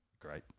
great